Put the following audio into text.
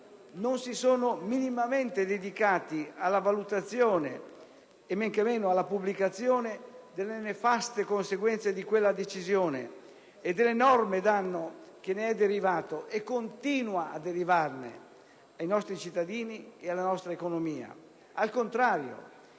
non si sono minimamente dedicati alla valutazione e men che meno alla pubblicazione delle nefaste conseguenze di quella decisione e dell'enorme danno che ne è derivato (e continua a derivarne) ai nostri cittadini e alla nostra economia. Al contrario: